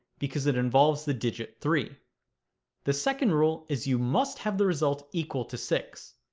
because it involves the digit three the second rule is you must have the result equal to six.